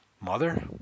Mother